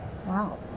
Wow